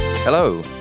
Hello